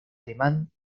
alemán